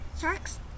Sharks